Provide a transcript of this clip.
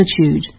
attitude